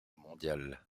mondiale